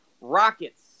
Rockets